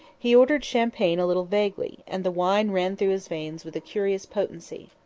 he ordered champagne a little vaguely, and the wine ran through his veins with a curious potency.